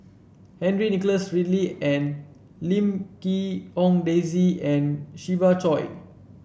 Henry Nicholas Ridley and Lim Quee Hong Daisy and Siva Choy